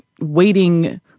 waiting